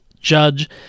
judge